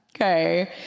okay